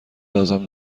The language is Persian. لازم